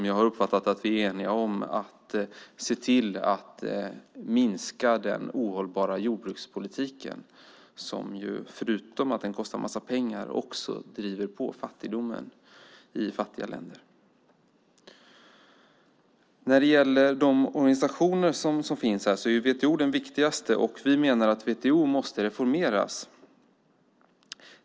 Jag har uppfattat att vi är eniga om att se till att minska den ohållbara jordbrukspolitiken, som förutom att den kostar en massa pengar också driver på fattigdomen i fattiga länder. När det gäller de organisationer som tas upp här är WTO den viktigaste. Vi menar att WTO måste reformeras.